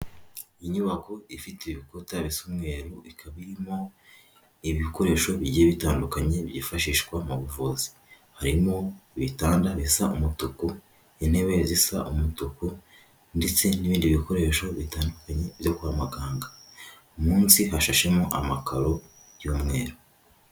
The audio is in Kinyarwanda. Iyi inyubako ifite ibikuta bisa umweru ikaba irimo ibikoresho bigiye bitandukanye byifashishwa mu buvuzi. Harimo bitanda bisa umutuku, intebe zisa umutuku ndetse n'ibindi bikoresho bitandukanye byo kwa muganga. Munsi hashashemo amakaro y'umweru.